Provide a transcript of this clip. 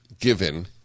given